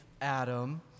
Adam